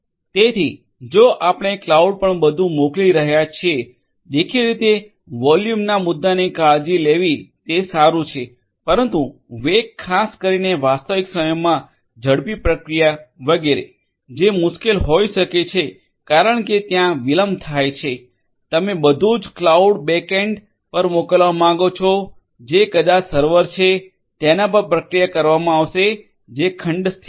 તેથી જો આપણે ક્લાઉડ પર બધું મોકલી રહ્યાં છો દેખીતી રીતે વોલ્યુમના મુદ્દાની કાળજી લેવી તે સારું છે પરંતુ વેગ ખાસ કરીને વાસ્તવિક સમયમા ઝડપી પ્રક્રિયા વગેરેજે મુશ્કેલ હોઈ શકે છે કારણ કે ત્યાં વિલંબ થાય છે તમે બધું જ ક્લાઉડ બેકએન્ડ પર મોકલવા માંગો છો જે કદાચ સર્વર છે તેના પર પ્રક્રિયા કરવામાં આવશે જે ખંડસ્થિત છે